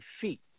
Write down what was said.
feet